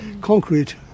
concrete